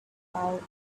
about